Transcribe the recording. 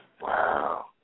Wow